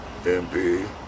MP